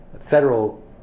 federal